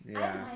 ya